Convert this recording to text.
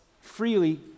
freely